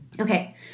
Okay